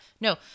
no